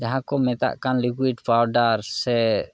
ᱡᱟᱦᱟᱸ ᱠᱚ ᱢᱮᱛᱟᱜ ᱠᱟᱱ ᱞᱤᱠᱩᱭᱤᱰ ᱯᱟᱣᱰᱟᱨ ᱥᱮ